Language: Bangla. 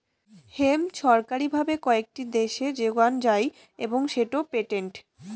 হেম্প ছরকারি ভাবে কয়েকটি দ্যাশে যোগান যাই এবং সেটো পেটেন্টেড